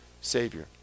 savior